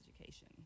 education